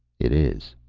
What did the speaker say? it is.